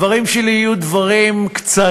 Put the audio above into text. הדברים שלי יהיו דברים קצרים,